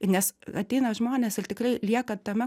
nes ateina žmonės ir tikrai lieka tame